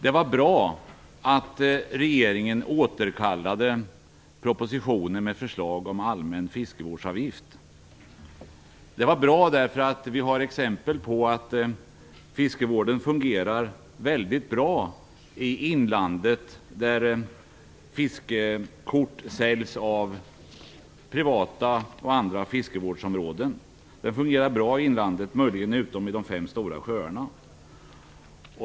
Det var bra att regeringen återkallade propositionen som innehöll ett förslag om en allmän fiskevårdsavgift. Det var bra, därför att vi har exempel på att fiskevården fungerar väldigt bra i inlandet där fiskekort säljs av privata och andra fiskevårdsområden. Detta har fungerat bra i inlandet, utom möjligen i de fem stora sjöarna.